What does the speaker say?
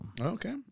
Okay